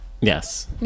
yes